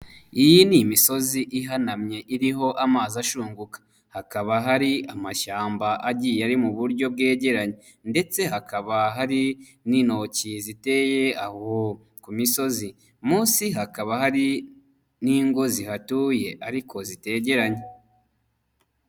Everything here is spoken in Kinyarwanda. Iyi ni imisozi ihanamye iriho amazi ashunguka, hakaba hari amashyamba agiye ari mu buryo bwegeranye ndetse hakaba hari n'intoki ziteye aho, ku misozi, munsi hakaba hari n'ingo zihatuye ariko zitetegeranye.